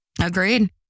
Agreed